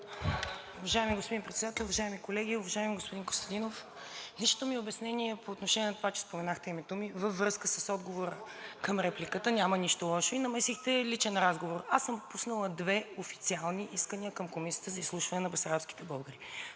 Уважаеми господин Председател, уважаеми колеги! Уважаеми господин Костадинов, личното ми обяснение е по отношение на това, че споменахте името ми във връзка с отговор към репликата, няма нищо лошо, и намесихте личен разговор. Аз съм пуснала две официални искания към Комисията за изслушване на бесарабските българи.